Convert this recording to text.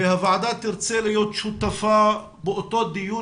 הוועדה תרצה להיות שותפה באותו דיון